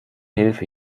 hilfe